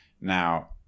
now